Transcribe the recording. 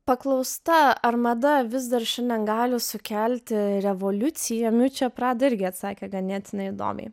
paklausta ar mada vis dar šiandien gali sukelti revoliuciją miučia prada irgi atsakė ganėtinai įdomiai